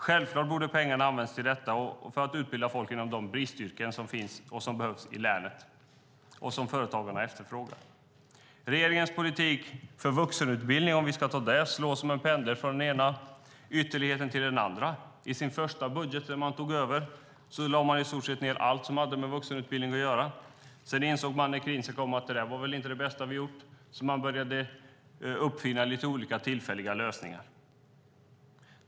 Självklart borde pengarna ha använts till detta och till att utbilda folk inom de bristyrken som finns, som behövs i länet och som företagarna efterfrågar. Regeringens politik för vuxenutbildning slår som en pendel från den ena ytterligheten till den andra. I sin första budget när man tog över lade man ned i stort sett allt som hade med vuxenutbildning att göra. När krisen kom insåg man att det väl inte var det bästa man gjort, så man började uppfinna lite olika, tillfälliga lösningar.